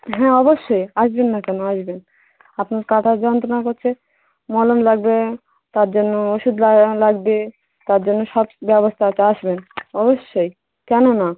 হ্যাঁ অবশ্যই আসবেন না কেন আসবেন আপনার কাটা যন্ত্রণা করছে মলম লাগবে তার জন্য ওষুধ লাগানো লাগবে তার জন্য সব ব্যবস্থা আছে আসবেন অবশ্যই কেন না